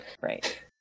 Right